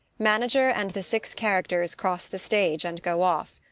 manager and the six characters cross the stage and go off.